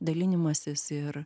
dalinimasis ir